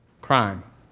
crime